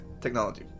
technology